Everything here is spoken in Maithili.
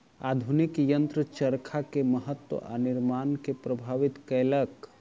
आधुनिक यंत्र चरखा के महत्त्व आ निर्माण के प्रभावित केलक